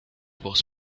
was